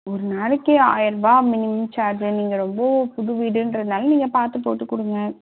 ஒரு நாளைக்கு ஆயர ரூபாய் மினிமம் சார்ஜு நீங்கள் ரொம்ப புது வீடுன்றதினால நீங்கள் பார்த்து போட்டு கொடுங்க